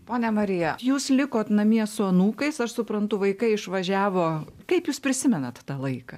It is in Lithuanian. ponia marija jūs likot namie su anūkais aš suprantu vaikai išvažiavo kaip jūs prisimenat tą laiką